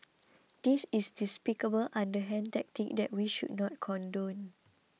this is a despicable underhand tactic that we should not condone